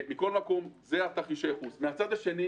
מצד שני